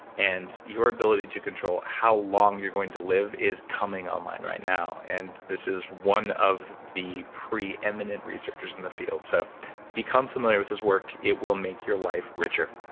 and your ability to control how long you're going to live is coming online right now. and this is one of the preeminent researchers in the field. so become familiar with his work. it will make your life richer.